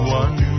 one